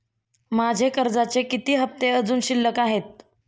माझे कर्जाचे किती हफ्ते अजुन शिल्लक आहेत?